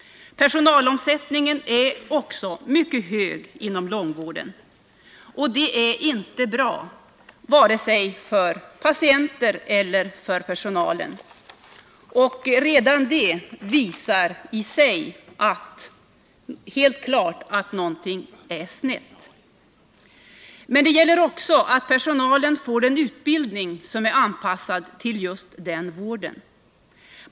Personalomsättningen är också mycket hög inom långvården. Det är inte bra — vare sig för patienter eller för personal. Redan detta visar helt klart att någonting är snett. Personalen måste också få en utbildning som är anpassad till just denna vård.